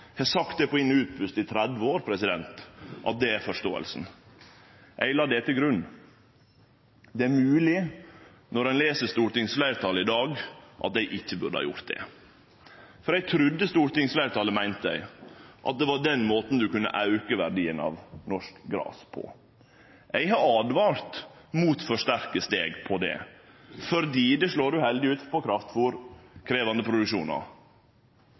har sagt på inn- og utpust i 30 år at det er forståinga. Eg la det til grunn. Det er mogleg, når ein les stortingsfleirtalet i dag, at eg ikkje burde ha gjort det. Eg trudde stortingsfleirtalet meinte at det var den måten ein kunne auke verdien av norsk gras på. Eg har åtvara mot for sterke steg på det fordi det slår uheldig ut på kraftfôrkrevjande produksjonar,